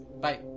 Bye